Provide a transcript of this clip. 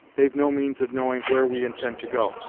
they've no means of knowing where we intend to go.